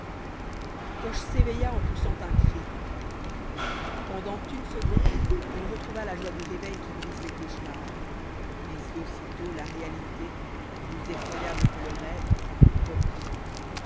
coche s'éveilla en poussant un cri pendant une seconde il retrouva la joie du réveil qui brise les cauchemars mais aussitôt la réalité plus effroyable que le rêve reprit